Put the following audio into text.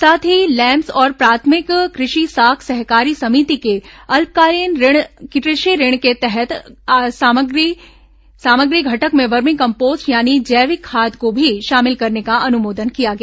साथ ही लैम्पस और प्राथमिक कृषि साख सहकारी समिति के अल्पकालीन कृषि ऋण के तहत सामग्री घटक में वर्मी कम्पोस्ट यानी जैविक खाद को भी शामिल करने का अनुमोदन किया गया